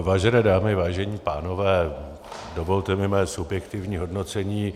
Vážené dámy, vážení pánové, dovolte mi mé subjektivní hodnocení.